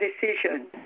decision